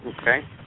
Okay